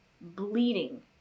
bleeding